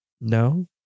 No